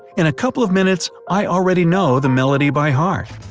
in a couple of minutes, i already know the melody by heart.